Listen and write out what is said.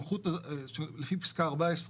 לפי פסקה (14),